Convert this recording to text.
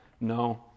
no